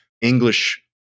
English